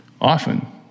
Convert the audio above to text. Often